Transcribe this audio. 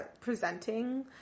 presenting